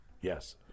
Yes